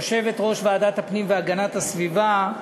יושבת-ראש ועדת הפנים והגנת הסביבה,